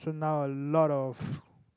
so now a lot of